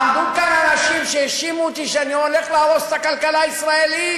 עמדו כאן אנשים שהאשימו אותי שאני הולך להרוס את הכלכלה הישראלית,